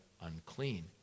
unclean